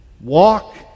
walk